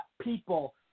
people